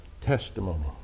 testimony